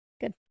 Good